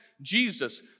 Jesus